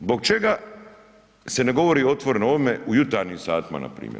Zbog čega se ne govori otvoreno o ovome u jutarnjim satima, npr.